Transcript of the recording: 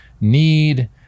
need